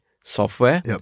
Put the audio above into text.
software